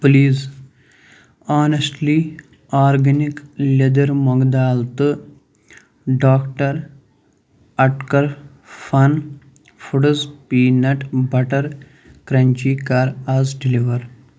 please honestly organic لیٚدٕر مۄنٛگہٕ دال تہٕ ڈاکٹر اَٹکر fun foods peanut butter crunchy کَر آز ڈِلِور